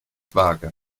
vage